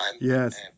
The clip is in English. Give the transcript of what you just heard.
Yes